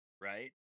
right